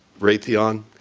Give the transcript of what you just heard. raytheon,